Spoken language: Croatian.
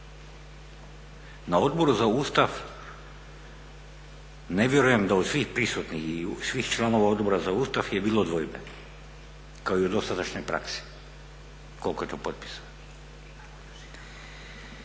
Na Odboru za Ustav ne vjerujem da od svih prisutnih i svih članova Odbora za Ustav je bilo dvojbe, kao i u dosadašnjoj praksi, koliko je to potpisa.